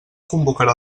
convocarà